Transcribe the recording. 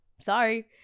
sorry